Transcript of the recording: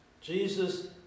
Jesus